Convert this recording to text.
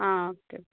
ആ okay okay